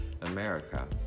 America